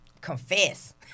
confess